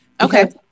okay